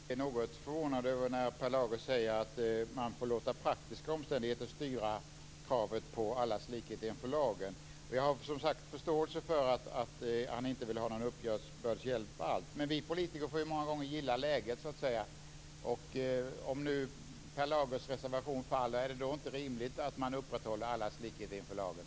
Fru talman! Jag blir något förvånad när Per Lager säger att man får låta praktiska omständigheter styra kravet på allas likhet inför lagen. Jag har, som sagt, förståelse för att han inte vill ha någon uppbördshjälp alls, men vi politiker får många gånger så att säga gilla läget. Är det inte rimligt att man om Per Lagers reservation faller upprätthåller allas likhet inför lagen?